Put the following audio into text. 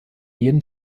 jeden